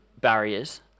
barriers